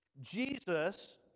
Jesus